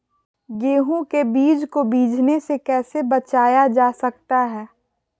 गेंहू के बीज को बिझने से कैसे बचाया जा सकता है?